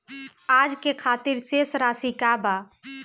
आज के खातिर शेष राशि का बा?